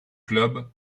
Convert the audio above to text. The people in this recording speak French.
club